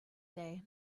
day